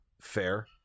fair